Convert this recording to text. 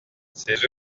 ses